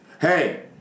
hey